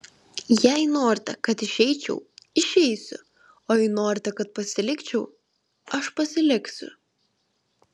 jei norite kad išeičiau išeisiu o jei norite kad pasilikčiau aš pasiliksiu